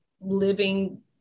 living